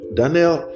daniel